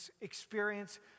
experience